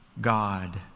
God